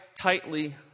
tightly